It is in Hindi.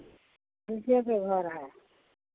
फूसे के घर है